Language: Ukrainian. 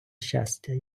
щастя